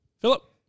Philip